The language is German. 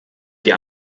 die